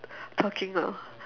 talking now